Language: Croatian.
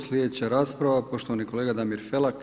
Sljedeća rasprava, poštovani kolega Damir Felak.